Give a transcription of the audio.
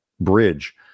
bridge